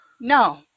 No